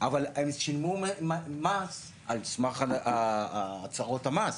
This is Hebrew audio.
אבל הם שילמו מס על סמך הצהרות המס,